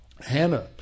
Hannah